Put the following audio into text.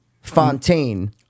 Fontaine